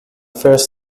first